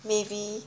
maybe